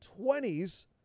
20s